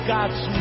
God's